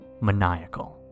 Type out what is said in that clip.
maniacal